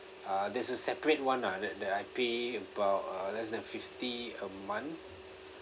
uh there's a separate [one] lah that that I pay about uh less than fifty a month